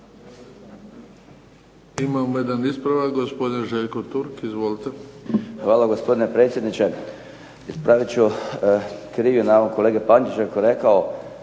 Imamo jedan ispravak, gospodin Željko Turk. Izvolite. **Turk, Željko (HDZ)** Hvala gospodine predsjedniče. Ispravit ću krivi navod kolege Pančića kada je rekao